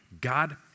God